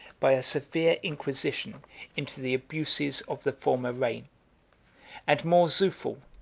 by a severe inquisition into the abuses of the former reign and mourzoufle,